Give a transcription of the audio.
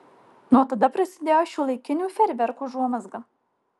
nuo tada prasidėjo šiuolaikinių fejerverkų užuomazga